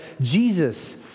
Jesus